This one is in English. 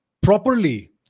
properly